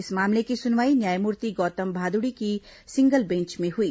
इस मामले की सुनवाई न्यायमूर्ति गौतम भादुड़ी की सिंगल बेंच में हुई